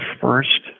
first